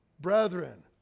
Brethren